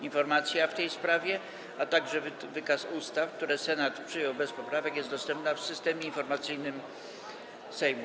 Informacja w tej sprawie, a także wykaz ustaw, które Senat przyjął bez poprawek, jest dostępna w Systemie Informacyjnym Sejmu.